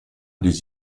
des